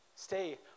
Stay